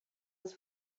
his